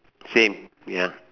same ya